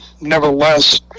Nevertheless